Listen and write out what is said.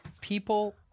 People